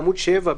בעמ' 7,